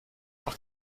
auch